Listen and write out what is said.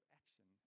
action